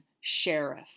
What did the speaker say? Sheriff